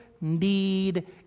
need